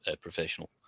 professional